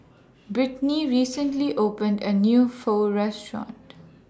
Brittnie recently opened A New Pho Restaurant